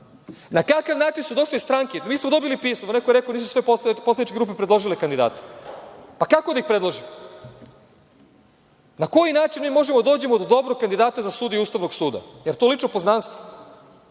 Na kakav način su došle stranke, mi smo dobili pismo, neko je rekao nisu sve poslaničke grupe predložile kandidate, pa kako da ih predložimo? Na koji način možemo da dođemo do dobrog kandidata za sudiju USS? Jel to lično poznanstvo?